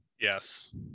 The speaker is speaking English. Yes